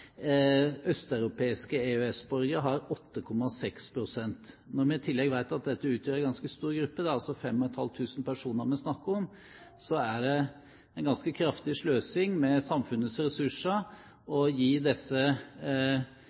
østeuropeiske EØS-borgere har 8,6 pst. Når vi i tillegg vet at dette utgjør en ganske stor gruppe, det er altså 5 500 personer vi snakker om, er det en ganske kraftig sløsing med samfunnets ressurser å gi disse